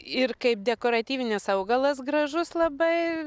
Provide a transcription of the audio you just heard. ir kaip dekoratyvinis augalas gražus labai